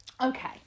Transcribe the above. Okay